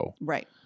right